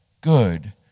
good